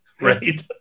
Right